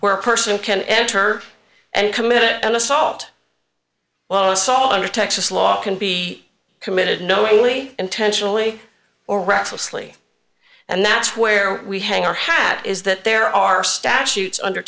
where a person can enter and commit an assault well assault under texas law can be committed knowingly intentionally or recklessly and that's where we hang our hat is that there are statutes under